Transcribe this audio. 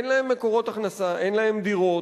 אין להם מקורות הכנסה, אין להם דירות,